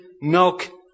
milk